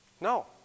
No